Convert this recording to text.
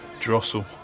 Drossel